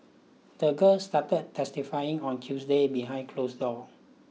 the girl started testifying on Tuesday behind closed doors